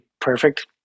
perfect